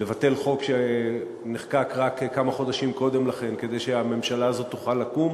לבטל חוק שנחקק רק כמה חודשים קודם לכן כדי שהממשלה הזאת תוכל לקום,